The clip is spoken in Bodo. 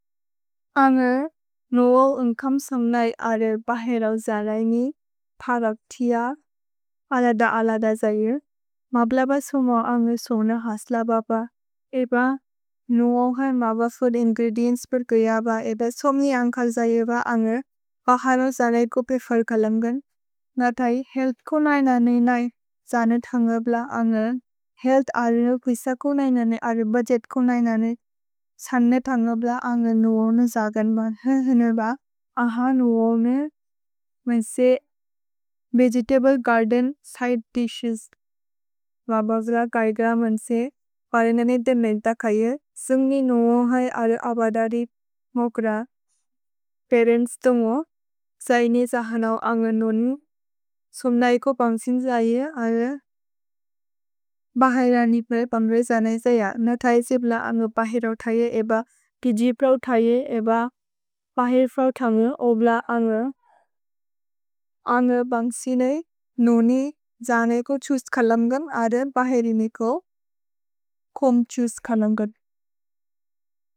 अन्गेर् नुओल् उन्ग्कम्सन्ग् नै अरेर् बहेरओ जरएन्गि, परक् तिअ, अलद-अलद जैर्, मब्लब सुमो अन्गेर् सोन हस्ल बब, एब नुओव् है मब्ल फूद् इन्ग्रेदिएन्त्स् पेर् क्रिअब एब सोम्नि अन्ग् कल् जैर् ब अन्गेर् बहरो जरएद् को पे फर् कलम्गन्। नथै, हेअल्थ् को नै नने नै, जने तन्ग ब्ल अन्गेर्, हेअल्थ् अरेरु विस को नै नने, अरेरु बुद्गेत् को नै नने, नथै जने तन्ग ब्ल अन्गेर् नुओव् न जगन् ब, हेअल्थ् अरेर् ब। अह नुओव् मे, मन्से, वेगेतब्ले गर्देन् सिदे दिशेस्। मब्लब गैग्र मन्से, फरिनने तेन् नन्त खैए, सुम्नि नुओव् है अरेर् अबदरि मोक्र, परेन्त्स् तुमो, जैनि जहनौ अन्गेर् नुन्, सुम्नै को पम्सिन् जैए, अरेर्, बहैरनि प्रए पम्ब्रे जने जय, नथै जिब्ल अन्गेर् बहेरो थैए, एब, किजि प्रओ थैए, एब, बहेर् प्रओ थन्ग, ओब्ल अन्गेर्। अन्गेर् बन्ग्सिने, नुनि, जने को छूस् कलम्गन्, अरेर्, बहरिनि को, कोम् छूस् कलम्गन्।